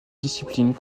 disciplines